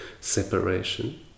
separation